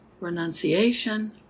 renunciation